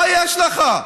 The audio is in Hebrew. תקרא את ההצעה, מה יש לך?